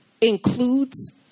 includes